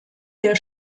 der